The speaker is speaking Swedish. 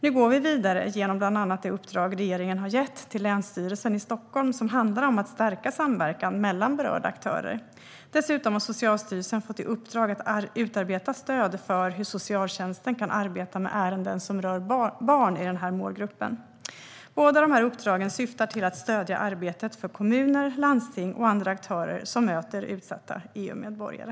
Nu går vi vidare genom bland annat det uppdrag som regeringen gett till Länsstyrelsen i Stockholms län och som handlar om att stärka samverkan mellan berörda aktörer. Dessutom har Socialstyrelsen fått i uppdrag att utarbeta stöd för hur socialtjänsten kan arbeta med ärenden som rör barn i den här målgruppen. Båda dessa uppdrag syftar till att stödja arbetet för kommuner, landsting och andra aktörer som möter utsatta EU-medborgare.